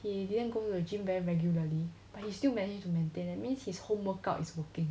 he didn't go to the gym very regularly but he still managed to maintain it means his home workout is working